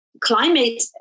climate